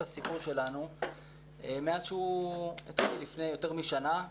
הסיפור שלנו מאז שהוא התחיל לפני יותר משנה,